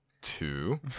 two